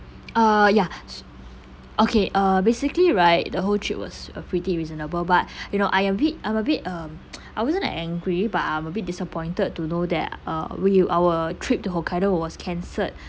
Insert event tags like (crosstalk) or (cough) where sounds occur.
uh ya s~ okay uh basically right the whole trip was uh pretty reasonable but (breath) you know I'm a bit I'm a bit um (noise) I wasn't that angry but I'm a bit disappointed to know that uh we our trip to hokkaido was cancelled